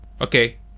Okay